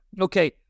okay